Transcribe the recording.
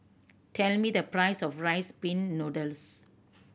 tell me the price of Rice Pin Noodles